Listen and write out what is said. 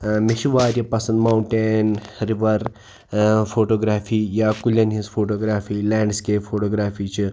ٲں مےٚ چھِ واریاہ پَسنٛد مَونٛٹین رِوَر ٲں فوٗٹوٗگرٛافی یا کُلیٚن ہنٛز فوٗٹوٗگرٛافی لینٛڈسِکیپ فوٗٹوٗگرٛافی چھِ